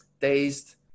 taste